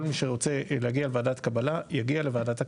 כל מי שרוצה להגיע לוועדת קבלה יגיע לוועדת הקבלה.